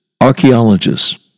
archaeologists